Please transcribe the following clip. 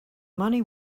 money